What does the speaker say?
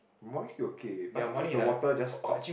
morning still okay but sometimes the water just stops